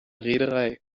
reederei